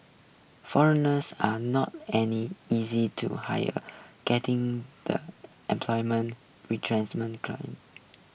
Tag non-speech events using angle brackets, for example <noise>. foreigners are not any easy to hire getting the employment <unintelligible> climate